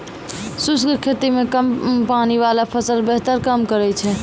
शुष्क खेती मे कम पानी वाला फसल बेहतर काम करै छै